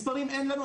מספרים אין לנו,